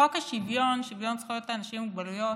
חוק שוויון זכויות לאנשים עם מוגבלות,